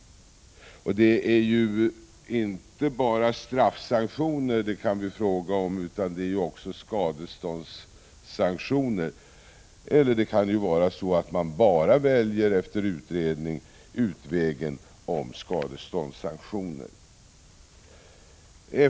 Det är inte bara straffsanktioner det kan bli fråga om utan även skadeståndssanktioner. Det kan efter utredning också bli så att man väljer enbart skadeståndssanktioner.